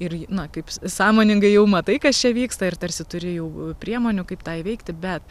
ir na kaip sąmoningai jau matai kas čia vyksta ir tarsi turi jau priemonių kaip tą įveikti bet